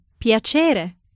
Piacere